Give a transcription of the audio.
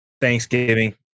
Thanksgiving